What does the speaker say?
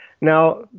Now